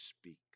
speak